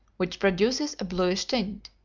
which produces a bluish tint.